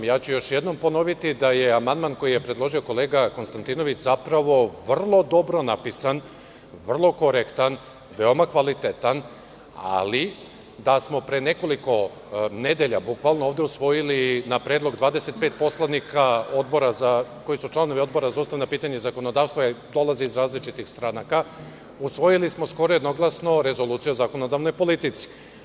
Još jednom ću ponoviti da je amandman koji je predložio kolega Konstantinović, zapravo, vrlo dobro napisan, vrlo korektan, veoma kvalitetan, ali da smo pre nekoliko nedelja bukvalno ovde usvojili na predlog 25 poslanika, koji su članovi Odbora za ustavna pitanja i zakonodavstvo a dolaze iz različitih stranaka, usvojili smo skoro jednoglasno Rezoluciju o zakonodavnoj politici.